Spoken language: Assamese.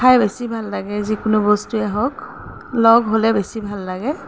খাই বেছি ভাল লাগে যিকোনো বস্তুৱেই হওক লগ হ'লে বেছি ভাল লাগে